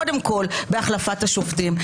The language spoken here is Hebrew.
קודם כל בהחלפת השופטים.